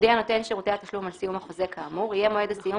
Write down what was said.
הודיע נותן שירותי התשלום על סיום החוזה כאמור יהיה מועד הסיום